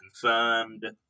confirmed